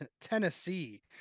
tennessee